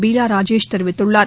பீலா ராஜேஷ் தெரிவித்துள்ளார்